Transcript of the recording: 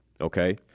Okay